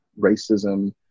racism